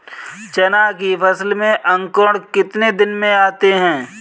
चना की फसल में अंकुरण कितने दिन में आते हैं?